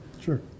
Sure